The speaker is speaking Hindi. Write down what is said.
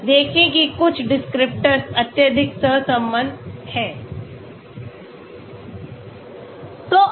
देखें कि कुछ डिस्क्रिप्टर अत्यधिक सहसंबद्ध हैं